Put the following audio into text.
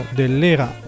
dell'era